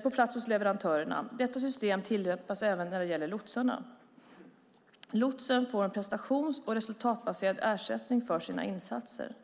på plats hos leverantörerna. Detta system tillämpas även när det gäller lotsarna. Lotsen får en prestations och resultatbaserad ersättning för sina insatser.